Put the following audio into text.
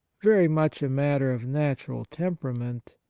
very much a matter of natural temperament,